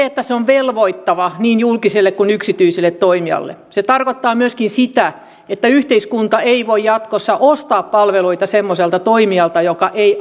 että se on velvoittavaa niin julkiselle kuin yksityiselle toimijalle se tarkoittaa myöskin sitä että yhteiskunta ei voi jatkossa ostaa palveluita semmoiselta toimijalta joka ei